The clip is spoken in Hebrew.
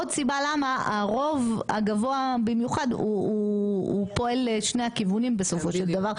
עוד סיבה למה הרוב הגבוה במיוחד הוא פועל לשני הכיוונים בסופו של דבר,